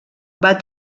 van